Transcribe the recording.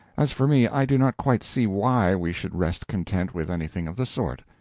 as for me, i do not quite see why we should rest content with anything of the sort.